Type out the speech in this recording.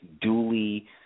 duly